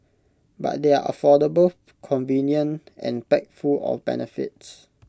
but they are affordable convenient and packed full of benefits